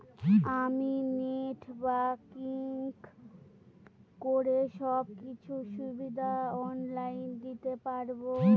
আমি net banking করে সব কিছু সুবিধা অন লাইন দিতে পারবো?